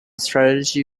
strategy